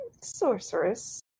Sorceress